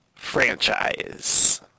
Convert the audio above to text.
franchise